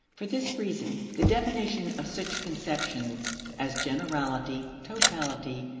for this reason, the definition of such conceptions as generality, totality,